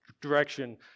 direction